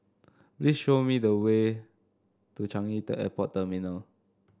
please show me the way to Changi the Airport Terminal